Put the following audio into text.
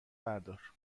بردار